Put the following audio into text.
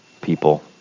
people